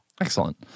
Excellent